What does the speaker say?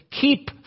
keep